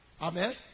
Amen